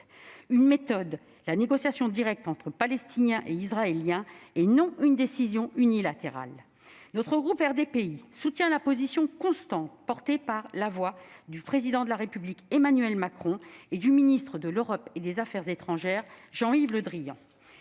celle de la négociation directe entre Palestiniens et Israéliens, et non une décision unilatérale. Le groupe RDPI soutient la position constante de la France, portée par les voix du Président de la République, Emmanuel Macron, et du ministre de l'Europe et des affaires étrangères, Jean-Yves Le Drian.